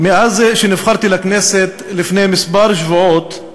מאז נבחרתי לכנסת, לפני כמה שבועות,